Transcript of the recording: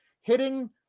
hitting